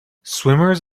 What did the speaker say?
swimmers